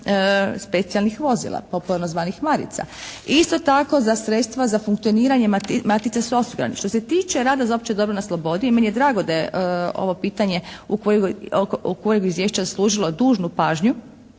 specijalnih vozila popularno zvanih "Marica". Isto tako za sredstva za funkcioniranje …/Govornik se ne razumije./… Što se tiče rada za opće dobro na slobodi meni je drago da je ovo pitanje koje je u ovom izvješću zaslužilo dužnu pažnju.